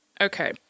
Okay